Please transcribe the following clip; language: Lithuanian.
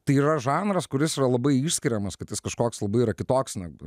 tai yra žanras kuris yra labai išskiriamas kad jis kažkoks labai yra kitoks negu